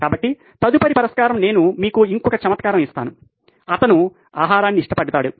కాబట్టి తదుపరి పరిష్కారం నేను మీకు ఇంకొక చమత్కారం ఇస్తాను అతను ఆహారాన్ని ఇష్టపడ్డాడు